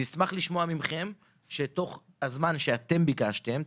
נשמח לשמוע מכם שתוך הזמן שאתם ביקשתם,